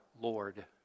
Lord